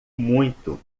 muito